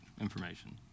information